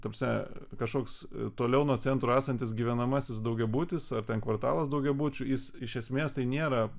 ta prasme kažkoks toliau nuo centro esantis gyvenamasis daugiabutis ar ten kvartalas daugiabučių jis iš esmės tai nėra